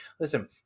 Listen